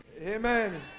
Amen